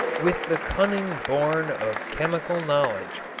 with the cunning born of chemical knowledge,